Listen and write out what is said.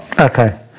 Okay